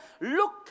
look